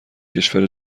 کشور